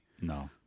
No